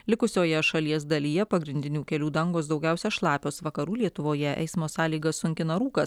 likusioje šalies dalyje pagrindinių kelių dangos daugiausia šlapios vakarų lietuvoje eismo sąlygas sunkina rūkas